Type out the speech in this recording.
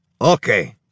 Okay